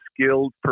skilled